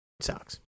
sucks